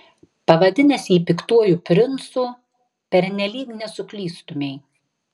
pavadinęs jį piktuoju princu pernelyg nesuklystumei